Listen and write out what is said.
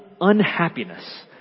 unhappiness